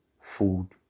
food